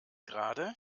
gerade